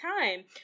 time